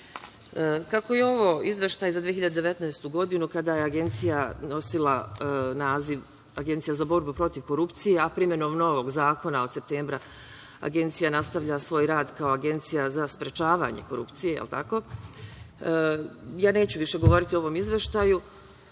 je ovo izveštaj za 2019. godinu, kada je Agencija nosila naziv Agencija za borbu protiv korupcije, a primenom novog zakona od septembra, Agencija nastavlja svoj rad kao Agencija za sprečavanje korupcije, jel tako. Neću govoriti o izveštaju,